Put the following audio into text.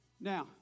Now